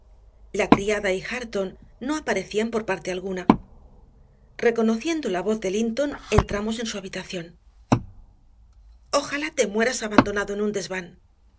la criada y hareton no aparecían por parte alguna reconociendo la voz de linton entramos en su habitación ojalá te mueras abandonado en un desván